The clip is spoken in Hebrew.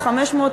או 500,